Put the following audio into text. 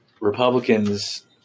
Republicans